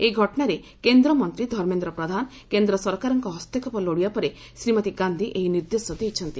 ଏ ଘଟଣାରେ କେନ୍ଦ୍ରମନ୍ତ୍ରୀ ଧର୍ମେନ୍ଦ୍ର ପ୍ରଧାନ କେନ୍ଦ୍ର ସରକାରଙ୍କ ହସ୍ତକ୍ଷେପ ଲୋଡିବା ପରେ ଶ୍ରୀମତୀ ଗାନ୍ଧୀ ଏହି ନିର୍ଦ୍ଦେଶ ଦେଇଛନ୍ତି